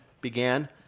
began